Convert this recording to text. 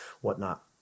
whatnot